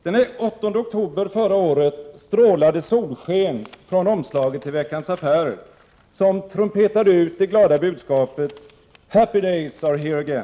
Den 8 oktober , förra året strålade solsken från omslaget till Veckans Affärer, som trumpeta de ut det glada budskapet ”Happy days are here again.